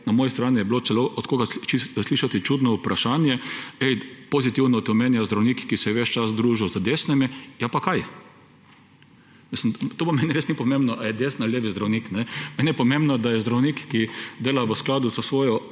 Na moji strani je bilo celo od koga slišati čudno vprašanje – Ej, pozitivno te omenja zdravnik, ki se je ves čas družil z desnimi. Ja, pa kaj, to pa meni res ni pomembno, ali je desni ali levi zdravnik, meni je pomembno, da je zdravnik, ki dela v skladu s svojo